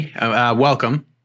Welcome